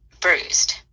bruised